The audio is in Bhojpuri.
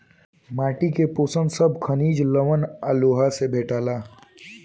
माटी के पोषण सब खनिज, लवण आ लोहा से भेटाला